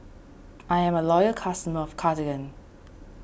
I am a loyal customer of Cartigain